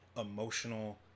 emotional